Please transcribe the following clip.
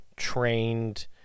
trained